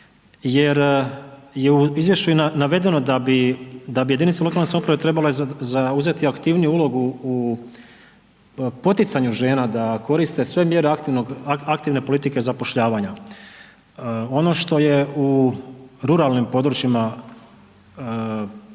jer je u izvješću i navedeno da bi, da bi jedinice lokalne samouprave trebale zauzeti aktivniju ulogu u poticanju žena da koriste sve mjere aktivne politike zapošljavanja. Ono što je u ruralnim područjima